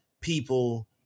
people